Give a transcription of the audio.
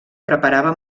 preparava